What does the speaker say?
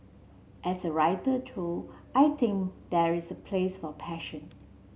as a writer through I think there is a place for passion